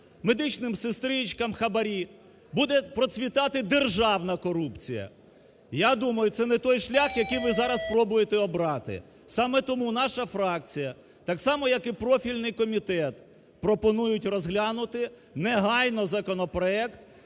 медичним сестричкам хабарі, буде процвітати державна корупція. Я думаю, це не той шлях, який ви зараз пробуєте обрати. Саме тому наша фракція так само, як і профільний комітет, пропонують розглянути негайно законопроект